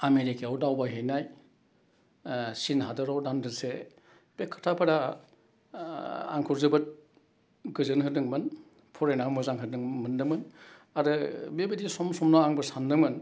आमेरिकायाव दावबायहैनाय चिन हादोराव दान्दिसे बे खोथाफोरा आंखौ जोबोद गोजोन होदोंमोन फरायना मोजां होदों मोनदोंमोन आरो बेबायदि सम समाव आंबो सानदोंमोन